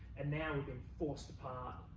and now we've been forced apart,